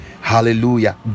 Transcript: hallelujah